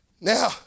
Now